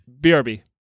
BRB